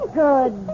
good